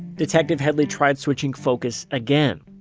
detective headley tried switching focus again,